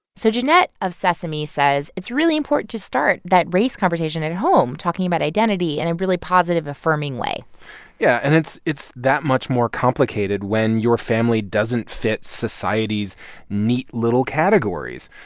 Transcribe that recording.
so jeanette of sesame says it's really important to start that race conversation at home, talking about identity in a really positive, affirming way yeah. and it's it's that much more complicated when your family doesn't fit society's neat, little categories.